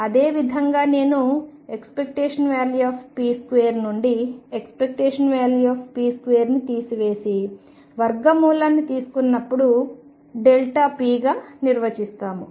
అదే విధంగా నేను ⟨p2⟩ నుండి ⟨p⟩2 ని తీసివేసి వర్గమూలాన్ని తీసుకున్నప్పుడు p గా నిర్వచిస్తాము